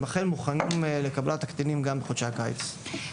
אכן מוכנים לקבלת הקטינים גם בחודשי הקיץ.